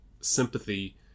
sympathy